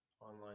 online